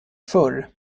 förr